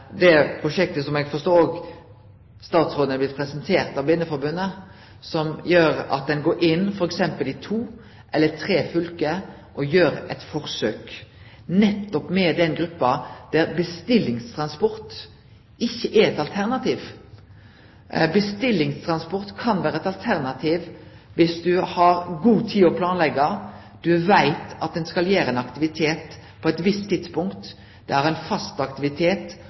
det prosjektet som eg forstår statsråden er blitt presentert for av Blindeforbundet, er veldig spennande, der ein går inn i f.eks. to eller tre fylke og gjer eit forsøk nettopp med den gruppa der bestillingstransport ikkje er eit alternativ. Bestillingstransport kan vere eit alternativ dersom du har god tid til å planleggje, du veit at du skal gjere ein aktivitet på eit visst tidspunkt, du har ein fast aktivitet